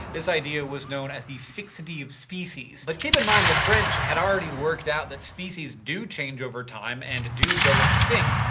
this idea was known as the fixity of species. but keep in mind, the french had already worked out that species do change over time and go extinct.